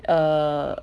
err